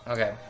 Okay